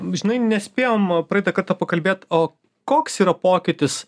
žinai nespėjom praeitą kartą pakalbėt o koks yra pokytis